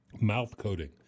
mouth-coating